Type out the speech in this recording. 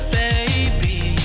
baby